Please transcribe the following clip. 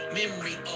memory